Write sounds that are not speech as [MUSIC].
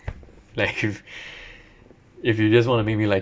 like if [LAUGHS] if you just want to make me like